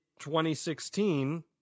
2016